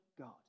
God